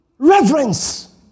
Reverence